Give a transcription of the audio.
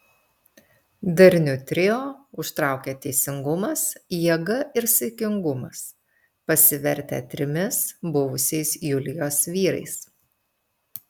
darniu trio užtraukė teisingumas jėga ir saikingumas pasivertę trimis buvusiais julijos vyrais